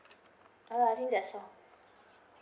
no I think that's all